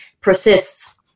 persists